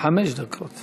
עם שירותים אלמנטריים,